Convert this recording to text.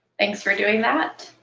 thanks for doing that.